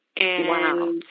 Wow